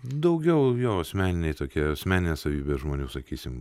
daugiau jo asmeniniai tokie asmeninė savybė žmonių sakysim